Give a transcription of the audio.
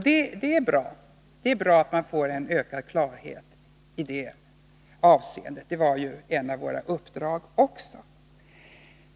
Det är bra att man får en ökad klarhet i det avseendet — det var ju också ett av våra uppdrag.